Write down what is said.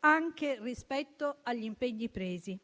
anche rispetto agli impegni presi.